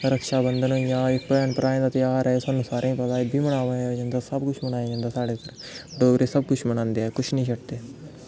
रक्षा बंधन होई गेआ एह् भैन भ्राएं दा तेहार ऐ एह् सानूं पता ऐ एह् बी मनांया जंदा सब कुछ मनांया जंदा साढ़े इत्थै डोगरे सब कुछ मनांदे न कुछ निं छड़दे